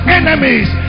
enemies